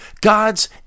god's